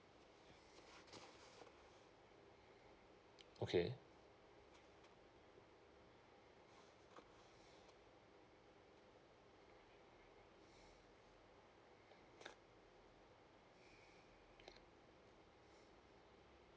okay